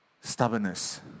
Stubbornness